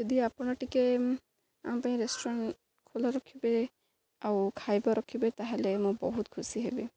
ଯଦି ଆପଣ ଟିକେ ଆମ ପାଇଁ ରେଷ୍ଟୁରାଣ୍ଟ୍ ଖୋଲା ରଖିବେ ଆଉ ଖାଇବା ରଖିବେ ତାହେଲେ ମୁଁ ବହୁତ ଖୁସି ହେବି